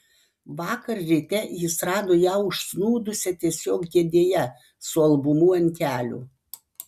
vakar ryte jis rado ją užsnūdusią tiesiog kėdėje su albumu ant kelių